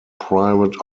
private